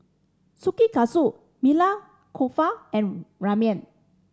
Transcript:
Kushikatsu Maili Kofta and Ramen